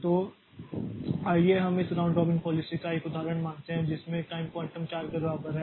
तो आइए हम इस राउंड रॉबिन पॉलिसी का एक उदाहरण मानते हैं जिसमें टाइम क्वांटम 4 के बराबर है